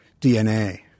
DNA